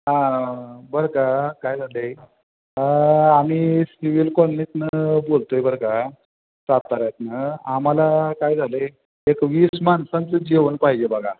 हां बरं का काय झालं आहे आम्ही सिव्हील कॉलनीतून बोलतो आहे बरं का साताऱ्यातून आम्हाला काय झालं आहे एक वीस माणसांचं जेवण पाहिजे बघा